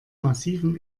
massivem